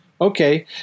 Okay